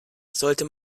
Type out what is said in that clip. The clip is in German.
sollte